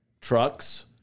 trucks